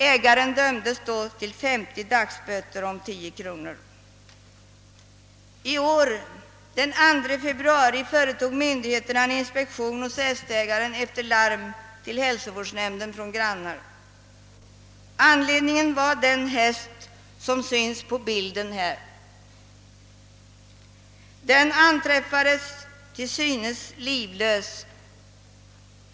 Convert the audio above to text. Ägaren dömdes till 50 dagsböter å 10 kronor. Den 2 februari i år företog myndigheterna en inspektion hos hästägaren efter larm till hälsovårdsnämnden från grannar. Den häst, som syns på den bild jag här visar, hade anträffats till synes livlös.